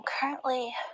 currently